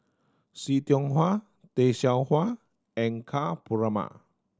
See Tiong Wah Tay Seow Huah and Ka Perumal